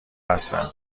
هستم